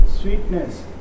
sweetness